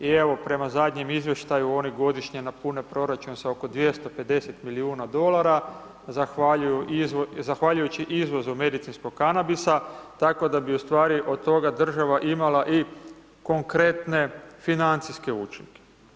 I evo prema zadnjem izvještaju oni godišnje napune proračun sa oko 250 milijuna dolara zahvaljujući izvozu medicinskog kanabisa tako da bi u stvari od toga država imala i konkretne financijske učinke.